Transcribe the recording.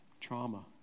trauma